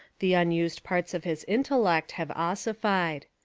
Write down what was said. the unused parts of his intellect have ossified.